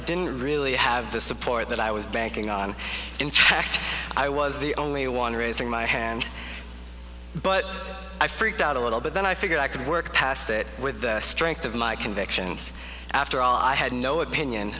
didn't really have the support that i was banking on in fact i was the only one raising my hand but i freaked out a little bit then i figured i could work past it with the strength of my convictions after all i had no opinion